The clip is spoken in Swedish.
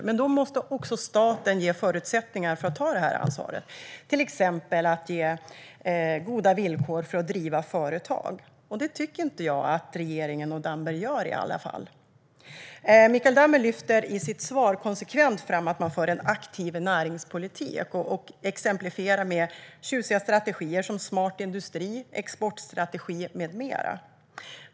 Men då måste staten också ge förutsättningar för att ta det ansvaret, till exempel ge goda villkor för att driva företag, och det tycker jag inte att regeringen och Damberg gör i alla fall. Mikael Damberg lyfter i sitt svar konsekvent fram att man för en aktiv näringspolitik och exemplifierar med tjusiga strategier som Smart industri, exportstrategi med mera.